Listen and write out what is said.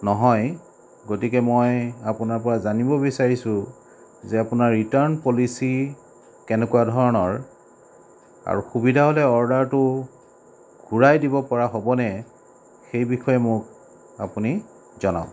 নহয় গতিকে মই আপোনাৰ পৰা জানিব বিচাৰিছোঁ যে আপোনাৰ ৰিটাৰ্ণ পলিছি কেনেকুৱা ধৰণৰ আৰু সুবিধা হ'লে অৰ্ডাৰটো ঘূৰাই দিব পৰা হ'বনে সেই বিষয়ে আপুনি মোক জনাওক